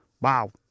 wow